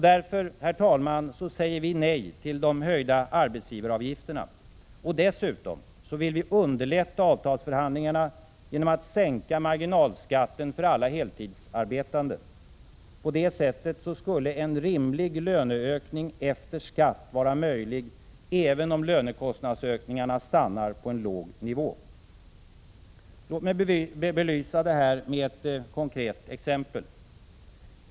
Därför, herr talman, säger vi nej till de höjda arbetsgivaravgifterna. Dessutom vill vi underlätta avtalsförhandlingarna genom att sänka marginalskatten för alla heltidsarbetande. På det sättet skulle en rimlig löneökning efter skatt vara möjlig även om lönekostnadsökningarna stannar på en låg nivå. Låt mig belysa detta med ett konkret exempel.